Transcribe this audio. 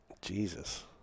Jesus